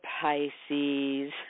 Pisces